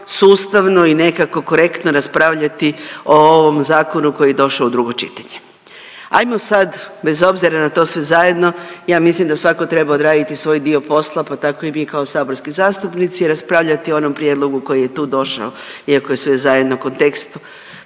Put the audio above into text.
sustavno i nekako korektno raspravljati o ovom zakonu koji je došao u drugo čitanje. Ajmo sad bez obzira na sve to zajedno, ja mislim da svatko treba odraditi svoj dio posla, pa tako i mi kao saborski zastupnici, raspravljati o onom prijedlogu koji je tu došao iako je sve zajedno, kontekst